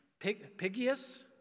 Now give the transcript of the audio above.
Pigius